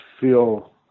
feel